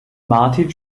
martin